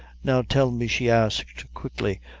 now, tell me, she asked, quickly,